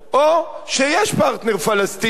או שיש פרטנר פלסטיני,